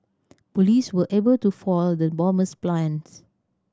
police were able to foil the bomber's plans